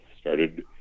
started